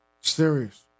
Serious